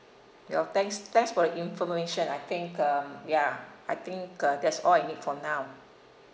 well thanks thanks for the information I think um yeah I think uh that's all I need for now